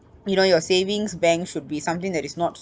you know your savings bank should be something that is not